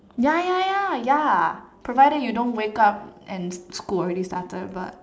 ya ya ya ya provided you don't wake up and school already started but